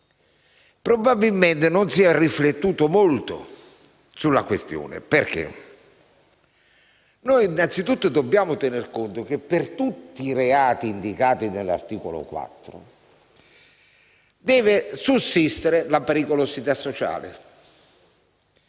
probabilmente non si è riflettuto molto sulla questione. Perché? Noi innanzitutto dobbiamo tener conto del fatto che per tutti i reati indicati nell'articolo 4 del codice antimafia deve sussistere la pericolosità sociale.